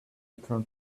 return